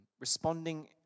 Responding